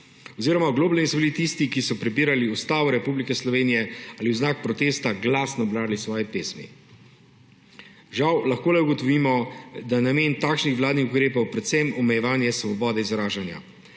oziroma oglobljeni so bili tisti, ki so prebirali Ustavo Republike Slovenije ali v znak protesta glasno brali svoje pesmi. Žal lahko le ugotovimo, da je namen takšnih vladnih ukrepov predvsem omejevanje svobode izražanja.